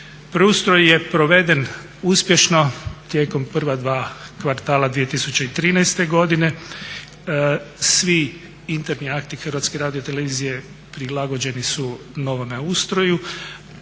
Preustroj je proveden uspješno tijekom prva dva kvartala 2013. godine. Svi interni akti HRT-a prilagođeni su novome ustroju,